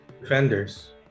Defenders